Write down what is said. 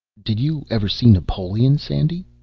did you ever see napoleon, sandy?